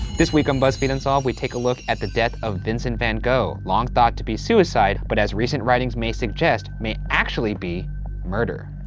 this week on buzzfeed unsolved, we take a look at the death of vincent van gogh, long thought to be suicide, but as recent writings may suggest, may actually be murder.